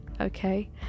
okay